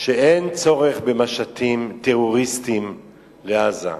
שאין צורך במשטים טרוריסטיים לעזה.